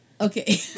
Okay